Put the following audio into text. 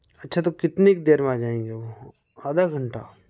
अच्छा तो कितनी एक देर में आ जाएँगे आधा घंटा